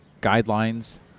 guidelines